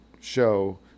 show